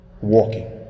Walking